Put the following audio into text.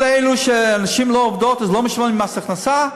כל אלו שהנשים עובדות, אז לא משלמים מס הכנסה?